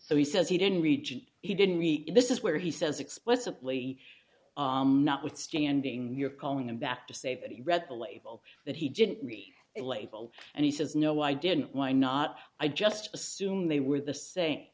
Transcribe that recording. so he says he didn't read it he didn't read it this is where he says explicitly not withstanding you're calling him back to say that he read the label that he didn't read the label and he says no i didn't why not i just assumed they were the s